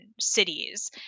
cities